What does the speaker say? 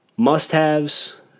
Must-haves